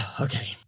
okay